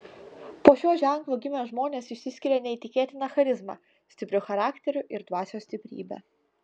po šiuo ženklu gimę žmonės išsiskiria neįtikėtina charizma stipriu charakteriu ir dvasios stiprybe